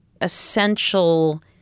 essential